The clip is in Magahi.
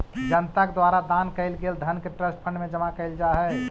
जनता के द्वारा दान कैल गेल धन के ट्रस्ट फंड में जमा कैल जा हई